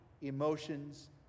emotions